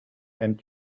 and